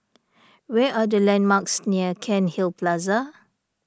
where are the landmarks near Cairnhill Plaza